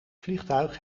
vliegtuig